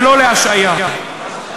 ולא להשעיה.